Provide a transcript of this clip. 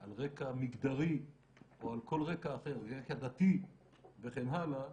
על רקע מגדרי או על כל רקע אחר, רקע דתי וכן הלאה